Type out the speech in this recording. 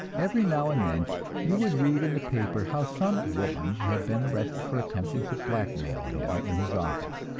every now and then you would read in the paper how some woman had been arrested for attempting to blackmail him in his office.